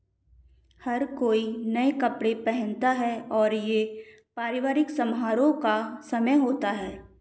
हर कोई नए कपड़े पहनता है और यह पारिवारिक समारोह का समय होता है